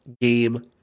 game